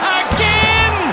again